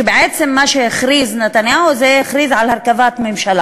שבעצם מה שנתניהו הכריז היה על הרכבת הממשלה.